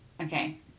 Okay